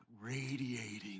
radiating